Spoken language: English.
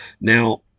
Now